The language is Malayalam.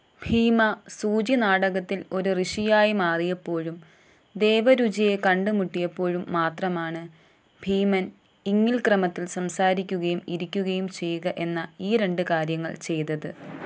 ഭീമ സൂചി നാടകത്തിൽ ഒരു ഋഷിയായി മാറിയപ്പോഴും ദേവരുചിയെ കണ്ടുമുട്ടിയപ്പോഴും മാത്രമാണ് ഭീമൻ ഇംഗിൽ ക്രമത്തിൽ സംസാരിക്കുകയും ഇരിക്കുകയും ചെയ്യുക എന്ന ഈ രണ്ട് കാര്യങ്ങൾ ചെയ്തത്